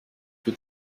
für